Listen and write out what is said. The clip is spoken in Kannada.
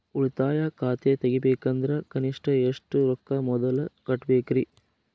ಉಳಿತಾಯ ಖಾತೆ ತೆಗಿಬೇಕಂದ್ರ ಕನಿಷ್ಟ ಎಷ್ಟು ರೊಕ್ಕ ಮೊದಲ ಕಟ್ಟಬೇಕ್ರಿ?